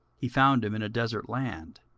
he found him in a desert land,